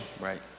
Right